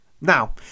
now